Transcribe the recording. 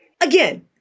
Again